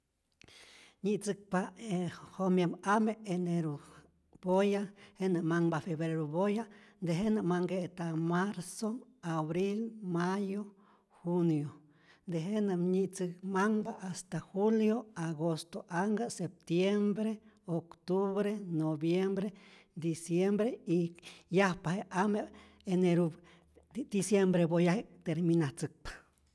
Nyitzäkpa e jomyep ame' eneru poya, jenä' manhpa febreru boya, tejenä manhke'ta marzu abril mayo junio, tejenä nyitzäk manhpa hasta julio agosto' anhkä' septiembre octubre noviembre diciembre y yajpa je ame' eneru diciembre poyaji'k terminatzäkpa.